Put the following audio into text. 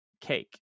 cake